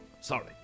sorry